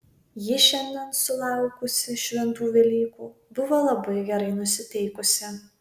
ji šiandien sulaukusi šventų velykų buvo labai gerai nusiteikusi